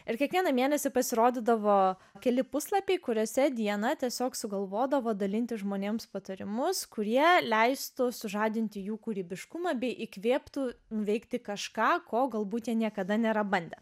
ir kiekvieną mėnesį pasirodydavo keli puslapiai kuriuose diana tiesiog sugalvodavo dalinti žmonėms patarimus kurie leistų sužadinti jų kūrybiškumą bei įkvėptų nuveikti kažką ko galbūt jie niekada nėra bandę